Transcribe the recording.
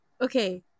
Okay